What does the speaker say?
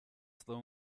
slow